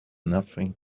nothing